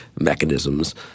Mechanisms